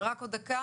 עוד דבר.